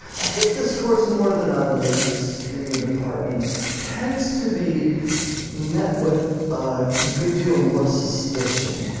i think this course more than others in the department tends to be met with ah good deal more suspicion.